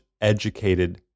educated